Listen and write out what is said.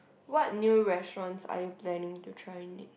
what new restaurants are you planning to try next